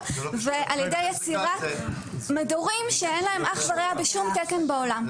ועל ידי יצירת מדורים שאין להם אח ורע בשום תקן בעולם.